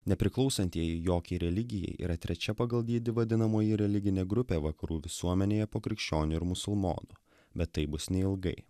nepriklausantieji jokiai religijai yra trečia pagal dydį vadinamoji religinė grupė vakarų visuomenėje po krikščionių ir musulmonų bet taip bus neilgai